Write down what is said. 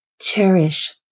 Cherish